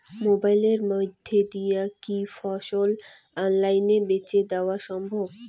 মোবাইলের মইধ্যে দিয়া কি ফসল অনলাইনে বেঁচে দেওয়া সম্ভব?